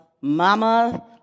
mama